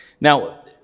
Now